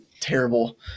terrible